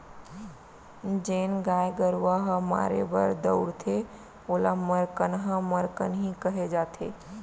जेन गाय गरूवा ह मारे बर दउड़थे ओला मरकनहा मरकनही कहे जाथे